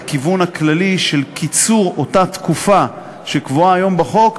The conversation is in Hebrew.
הכיוון הכללי של קיצור אותה תקופה שקבועה היום בחוק,